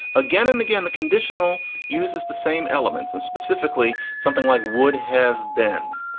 again and again, the conditional uses the same elements and specifically something like would have been.